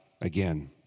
again